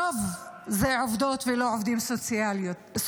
הרוב הן עובדות ולא עובדים סוציאליים.